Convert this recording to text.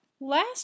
Last